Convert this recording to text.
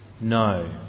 No